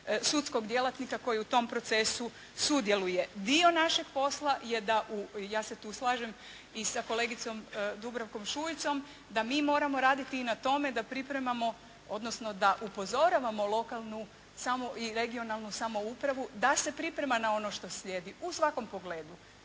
sudskog djelatnika koji u tom procesu sudjeluje. Dio našeg posla je da, ja se tu slažem i sa kolegicom Dubravkom Šuicom, da mi moramo raditi na tome da pripremamo, odnosno da upozoravamo lokalnu i regionalnu samoupravu da se priprema na ono što slijedi u svakom pogledu.